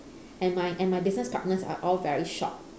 and my and my business partners are all very shocked